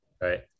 Right